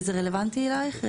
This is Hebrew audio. וזה רלוונטי אלייך?